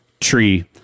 tree